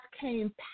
came